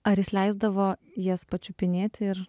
ar jis leisdavo jas pačiupinėti ir